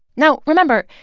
now, remember,